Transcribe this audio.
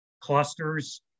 clusters